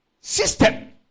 system